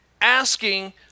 asking